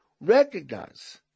recognize